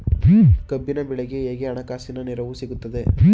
ಕಬ್ಬಿನ ಬೆಳೆಗೆ ಹೇಗೆ ಹಣಕಾಸಿನ ನೆರವು ಸಿಗುತ್ತದೆ?